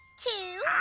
two,